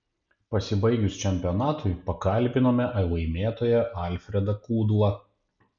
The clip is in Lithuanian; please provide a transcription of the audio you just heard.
pasibaigus čempionatui pakalbinome laimėtoją alfredą kudlą